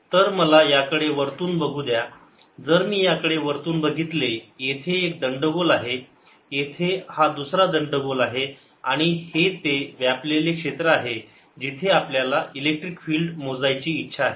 तर मला याकडे वरतून बघू द्या जर मी याकडे वरतून बघितले येथे एक दंडगोल आहे येथे हा दुसरा दंडगोल आहे आणि हे ते व्यापलेले क्षेत्र आहे जिथे आपल्याला इलेक्ट्रिक फील्ड मोजायची इच्छा आहे